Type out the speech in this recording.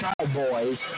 Cowboys